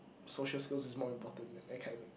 social skills is more important than academic